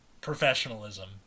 professionalism